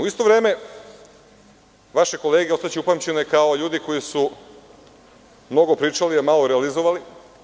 U isto vreme, vaše kolege ostaće upamćene kao ljudi koji su mnogo pričali, a malo realizovali.